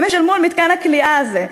הם ישלמו על מתקן הכליאה הזה,